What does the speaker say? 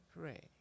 pray